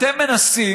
אתם מנסים